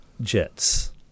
jets